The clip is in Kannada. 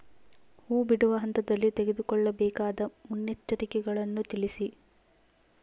ಹೂ ಬಿಡುವ ಹಂತದಲ್ಲಿ ತೆಗೆದುಕೊಳ್ಳಬೇಕಾದ ಮುನ್ನೆಚ್ಚರಿಕೆಗಳನ್ನು ತಿಳಿಸಿ?